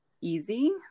easy